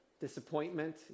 disappointment